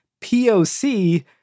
POC